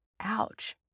ouch